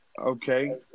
Okay